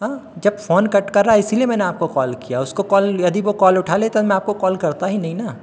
जब phone cut कर रहा है इसीलिए मैंने आपको कॉल किया उसको कॉल यदि वह कॉल उठा लेता तो मैं कॉल करता ही नहीं ना